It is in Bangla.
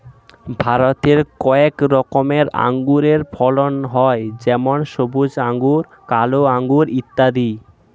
ভারতে কয়েক রকমের আঙুরের ফলন হয় যেমন সবুজ আঙুর, কালো আঙুর ইত্যাদি